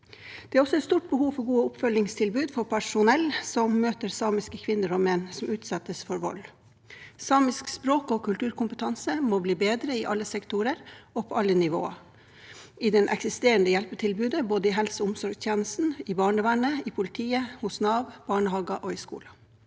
Det er også et stort behov for gode oppfølgingstilbud for personell som møter samiske kvinner og menn som utsettes for vold. Samisk språk- og kulturkompetanse må bli bedre i alle sektorer og på alle nivå i det eksisterende hjelpetilbudet, både i helse- og omsorgstjenesten, i barnevernet, i politiet, hos Nav, i barnehager og i skoler.